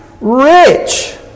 rich